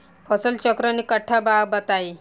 फसल चक्रण कट्ठा बा बताई?